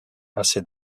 assez